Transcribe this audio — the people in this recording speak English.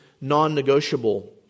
non-negotiable